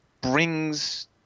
brings